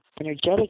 energetic